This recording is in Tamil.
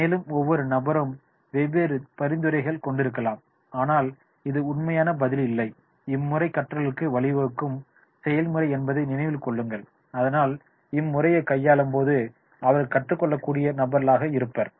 மேலும் ஒவ்வொரு நபரும் வெவ்வேறு பரிந்துரைகள் கொண்டு இருக்கலாம் ஆனால் இது உண்மையான பதில் இல்லை இம்முறை கற்றலுக்கு வழிவகுக்கும் செயல்முறை என்பதை நினைவில் கொள்ளுங்கள் அதனால் இம்முறையை கையாளும்போது அவர்கள் கற்றுக்கொள்ளக்கூடிய நபர்களாக இருப்பர்